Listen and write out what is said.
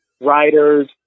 writers